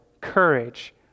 courage